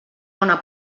bona